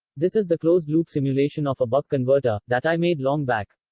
this is the closed loop simulation of a buck converter that i made long back.